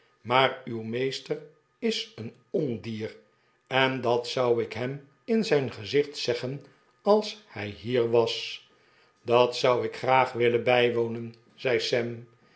maar uw meester is een ondier en dat zou ik hem in zijn gezicht zeggen als hij hier was dat zou ik graag willen bijwonen zei